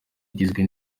igizwe